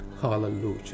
Hallelujah